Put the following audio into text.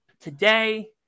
Today